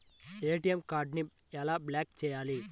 ATM కార్డుని ఎలా block చేయాలి?